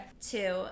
two